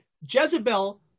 Jezebel